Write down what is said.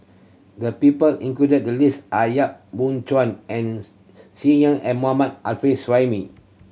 the people included in the list are Yap Boon Chuan and Mohammad Arif Suhaimi